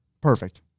Perfect